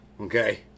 Okay